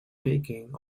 taking